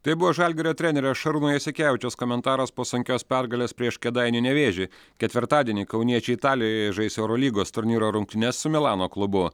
tai buvo žalgirio trenerio šarūno jasikevičiaus komentaras po sunkios pergalės prieš kėdainių nevėžį ketvirtadienį kauniečiai italijoje žais eurolygos turnyro rungtynes su milano klubu